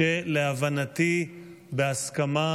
שלהבנתי, תועבר בהסכמה